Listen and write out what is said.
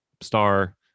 star